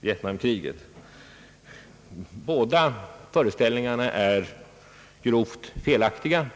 Vietnamkriget. Båda föreställningarna är grovt felaktiga.